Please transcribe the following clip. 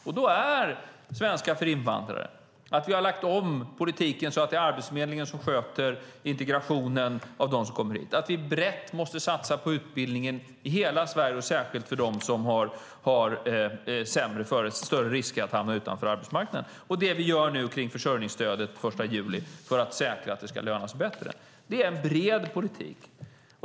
Då handlar det om svenska för invandrare, om att vi har lagt om politiken så att det är Arbetsförmedlingen som sköter integrationen av dem som kommer hit och om att vi brett måste satsa på utbildningen i hela Sverige och särskilt för dem som löper större risk att hamna utanför arbetsmarknaden, liksom om det vi gör nu den 1 juli när det gäller försörjningsstödet för att säkra att det ska löna sig bättre. Det är en bred politik.